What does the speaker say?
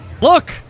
look